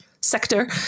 sector